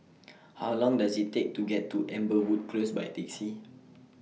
How Long Does IT Take to get to Amberwood Close By Taxi